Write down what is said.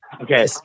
Okay